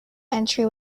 entry